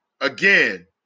Again